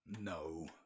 No